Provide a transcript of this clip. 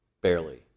Barely